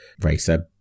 racer